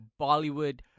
Bollywood